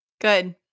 Good